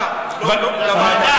אנחנו רוצים לוועדה.